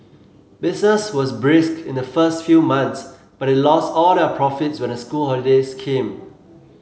business was brisk in the first few months but they lost all their profits when the school holidays came